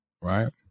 right